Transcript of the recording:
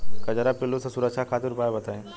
कजरा पिल्लू से सुरक्षा खातिर उपाय बताई?